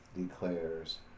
declares